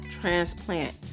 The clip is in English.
transplant